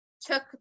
took